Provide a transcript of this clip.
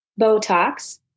Botox